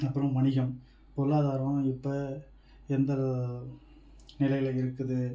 அப்புறம் வணிகம் பொருளாதாரம் இப்போ எந்த நிலையில இருக்குது